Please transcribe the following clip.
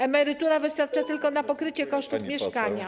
Emerytura wystarcza tylko na pokrycie kosztów mieszkania.